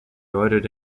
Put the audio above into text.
ordered